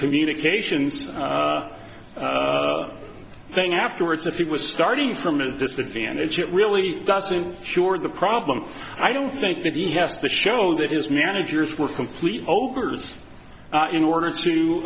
communications thing afterwards if he was starting from a disadvantage it really doesn't cure the problem i don't think that he has to show that his managers were complete ogres in order to